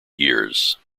years